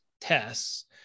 tests